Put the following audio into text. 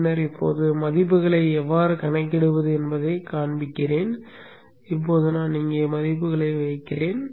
பின்னர் இப்போது மதிப்புகளை எவ்வாறு கணக்கிடுவது என்பதைக் காண்பிப்பேன் இப்போது நான் இங்கே மதிப்புகளை வைப்பேன்